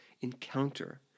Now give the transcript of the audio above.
encounter